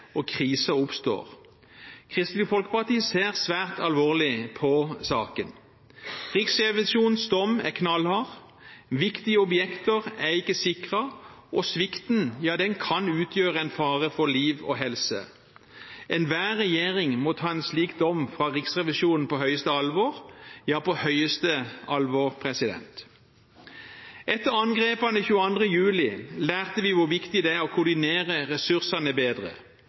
og krise oppstår. Kristelig Folkeparti ser svært alvorlig på saken. Riksrevisjonens dom er knallhard. Viktige objekter er ikke sikret, og svikten kan utgjøre en fare for liv og helse. Enhver regjering må ta en slik dom fra Riksrevisjonen på høyeste alvor – ja, på høyeste alvor! Etter angrepene 22. juli lærte vi hvor viktig det er å koordinere ressursene bedre,